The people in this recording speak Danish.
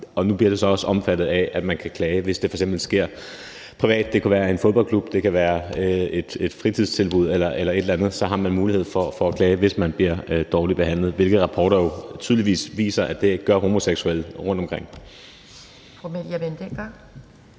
og nu bliver det så også omfattet af, at man kan klage, hvis det f.eks. sker privat – det kan være i en fodboldklub, det kan være i et fritidstilbud eller et eller andet. Man har mulighed for at klage, hvis man bliver dårligt behandlet. Det er der jo rapporter der tydeligvis viser at homoseksuelle bliver rundtomkring.